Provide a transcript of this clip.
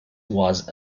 was